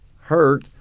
hurt